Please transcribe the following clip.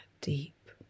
deep